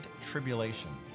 tribulation